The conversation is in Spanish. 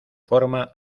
forma